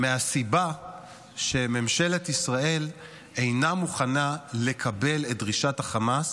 מהסיבה שממשלת ישראל אינה מוכנה לקבל את דרישת החמאס